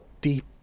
deep